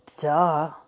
Duh